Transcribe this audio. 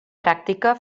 pràctica